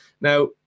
Now